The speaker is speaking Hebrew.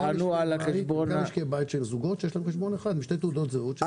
זה בעיקר משקי בית של זוגות שיש להם חשבון אחד עם שתי תעודות זהות,